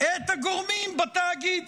את הגורמים בתאגיד?